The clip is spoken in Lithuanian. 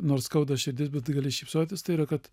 nors skauda širdis bet gali šypsotis tai yra kad